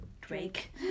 Drake